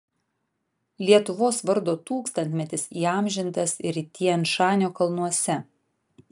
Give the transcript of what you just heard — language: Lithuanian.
lietuvos vardo tūkstantmetis įamžintas ir tian šanio kalnuose